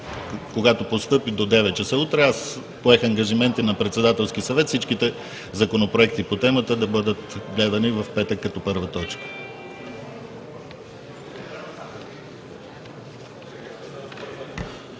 ще постъпи до 9,00 ч. утре. Поех ангажимент на Председателския съвет всички законопроекти по темата да бъдат обсъждани в петък като първа точка.